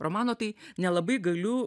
romano tai nelabai galiu